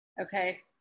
Okay